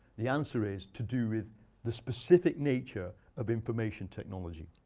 the answer is to do with the specific nature of information technology.